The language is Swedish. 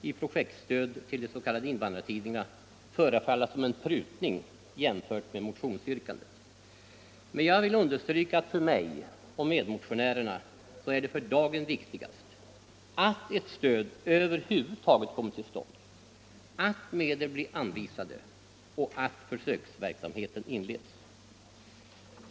i projektstöd till de s.k. invandrartidningarna, förefalla som en prutning jämfört med motionsyrkandet, men jag vill understryka att för mig och medmotionärerna är det för dagen viktigast att ett stöd över huvud taget kommer till stånd, att medel blir anvisade och att försöksverksamheten inleds.